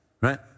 Right